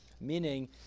meaning